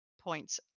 points